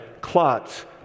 clots